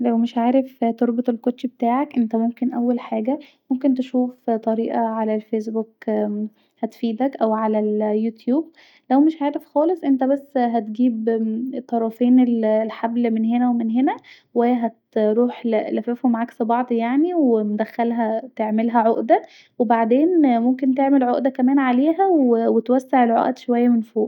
لو مش عارف تربط الكوتشي بتاعك انت ممكن اول حاجه ممكن تشوف طريق علي الفيس بوك هتفيدك أو علي اليوتيوب لو مش عارف خالص انت بس هتجيب الطرفين الحبل من هنا ومن هنا و هتروح لاففهم عكس بعض يعني ومدخلها تعملها عقده وبعدين ممكن تعمل عقده كمان عليها و توسع العقد شويه من فوق